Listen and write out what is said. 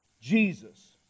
Jesus